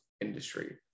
industry